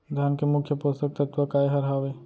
धान के मुख्य पोसक तत्व काय हर हावे?